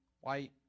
white